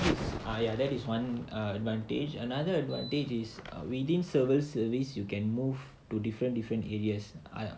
ah ya that is one advantage another advantage is within civil service you can move to different different areas ah